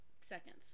seconds